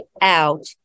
out